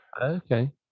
okay